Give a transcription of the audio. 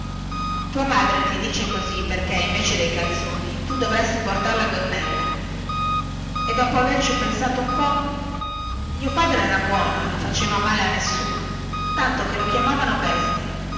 tua madre ti dice così perchè invece dei calzoni tu dovresti portar la gonnella e dopo averci pensato un po mio padre era buono e non faceva male a nessuno tanto che gli dicevano bestia